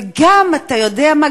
וגם, אתה יודע מה?